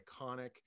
iconic